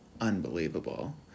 unbelievable